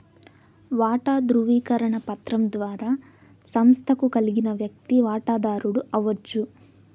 వాటా దృవీకరణ పత్రం ద్వారా సంస్తకు కలిగిన వ్యక్తి వాటదారుడు అవచ్చు